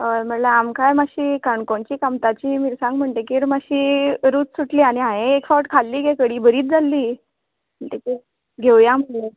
हय म्हळ्यार आमकांय मात्शी काणकोणची कामटाची मिरसांग म्हणटकीर मात्शी रूच सुटली आनी हांये एक फावट खाल्ली गे कडी बरी जाल्ली म्हणटगीर घेवयां म्हणलें